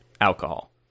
alcohol